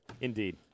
Indeed